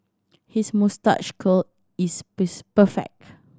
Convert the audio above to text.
his moustache curl is perfect